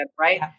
right